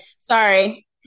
sorry